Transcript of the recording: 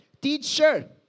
teacher